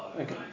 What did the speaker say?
Okay